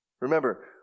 Remember